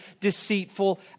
deceitful